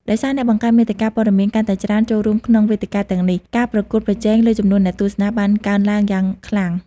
ដោយសារអ្នកបង្កើតមាតិកាព័ត៌មានកាន់តែច្រើនចូលរួមក្នុងវេទិកាទាំងនេះ ការប្រកួតប្រជែងលើចំនួនអ្នកទស្សនាបានកើនឡើងយ៉ាងខ្លាំង។